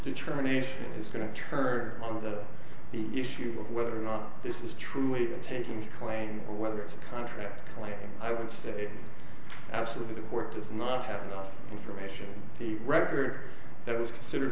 determination is going to turn on the issue of whether or not this is true a taking away or whether it's a contract like i would say absolutely that work does not have enough information to record that was considered